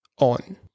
on